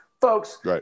folks